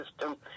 system